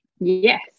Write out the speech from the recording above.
yes